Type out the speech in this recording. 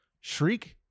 Shriek